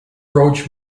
roach